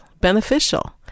beneficial